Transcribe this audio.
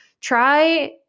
try